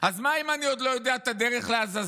אז מה אם אני עוד לא יודע את הדרך לעזאזל?